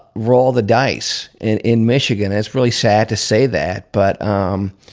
roll the dice in in michigan. it's really sad to say that. but i'm